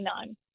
on